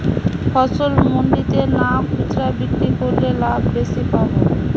ফসল মন্ডিতে না খুচরা বিক্রি করলে লাভ বেশি পাব?